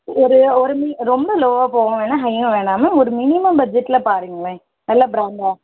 ஒரு ஒரு மினி ரொம்ப லோவாக போகவும் வேணாம் ஹையும் வேணாம் மேம் ஒரு மினிமம் பட்ஜெட்டில் பாருங்களேன் நல்ல ப்ராண்ட்டாக